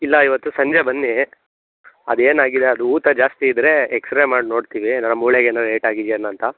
ಇಲ್ಲ ಇವತ್ತು ಸಂಜೆ ಬನ್ನಿ ಅದು ಏನಾಗಿದೆ ಅದು ಊತ ಜಾಸ್ತಿ ಇದ್ದರೆ ಎಕ್ಸ್ ರೇ ಮಾಡಿ ನೋಡ್ತೀವಿ ಏನಾದ್ರೂ ಮೂಳೆಗೇನಾದ್ರು ಏಟಾಗಿದೆಯಾ ಏನು ಅಂತ